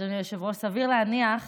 אדוני היושב-ראש, סביר להניח